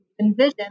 envision